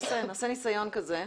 נעשה ניסיון כזה,